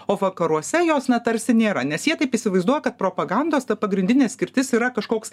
o vakaruose jos na tarsi nėra nes jie taip įsivaizduoja kad propagandos ta pagrindinė skirtis yra kažkoks